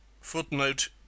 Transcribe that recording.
footnote